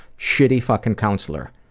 shitty fucking counselor.